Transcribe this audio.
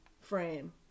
frame